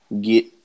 get